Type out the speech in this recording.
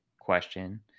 question